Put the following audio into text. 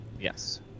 Yes